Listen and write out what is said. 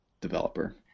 developer